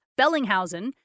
Bellinghausen